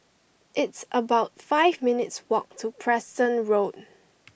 it's about five minutes walk to Preston Road